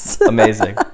amazing